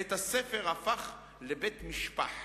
בית-הספר הפך לבית משפח,